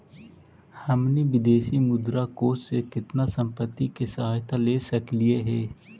हमनी विदेशी मुद्रा कोश से केतना संपत्ति के सहायता ले सकलिअई हे?